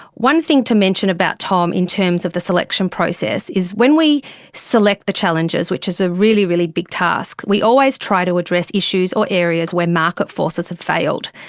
one thing to mention about tom in terms of the selection process is when we select the challenges, which is a really, really big task, we always try to address issues or areas where market forces have failed,